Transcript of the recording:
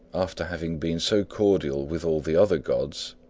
after having been so cordial with all the other gods,